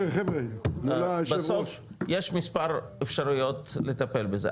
בסוף יש מספר אפשריות לטפל בזה,